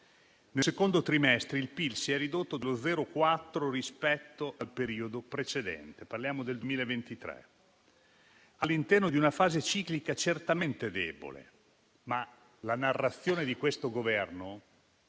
Nel secondo trimestre, il PIL si è ridotto dello 0,4 per cento rispetto al periodo precedente (parliamo del 2023), all'interno di una fase ciclica certamente debole, ma la narrazione di questo Governo,